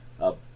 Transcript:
up